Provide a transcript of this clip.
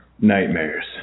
nightmares